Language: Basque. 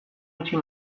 utzi